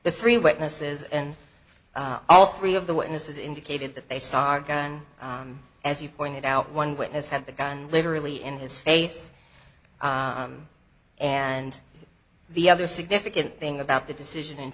the three witnesses and all three of the witnesses indicated that they saw the gun as you pointed out one witness had the gun literally in his face and the other significant thing about the decision